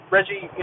Reggie